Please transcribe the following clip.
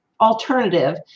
alternative